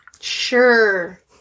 Sure